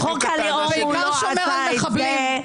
בחוק הלאום הוא לא עשה את זה.